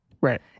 Right